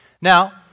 Now